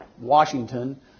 Washington